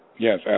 Yes